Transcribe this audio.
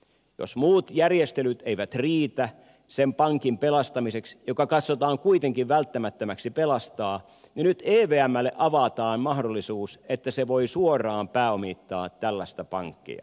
jos muut järjestelyt eivät riitä pelastamaan sitä pankkia joka katsotaan kuitenkin välttämättömäksi pelastaa nyt evmlle avataan mahdollisuus että se voi suoraan pääomittaa tällaista pankkia